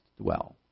dwell